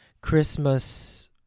christmas